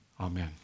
Amen